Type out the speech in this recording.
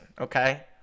okay